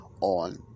on